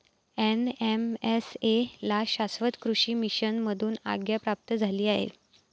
NMSA ला शाश्वत कृषी मिशन मधून आज्ञा प्राप्त झाली आहे